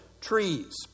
trees